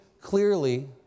clearly